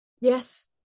yes